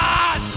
God